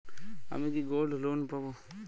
আমি কি gold loan পাবো?